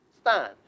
stand